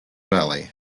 valley